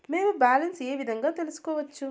మేము బ్యాలెన్స్ ఏ విధంగా తెలుసుకోవచ్చు?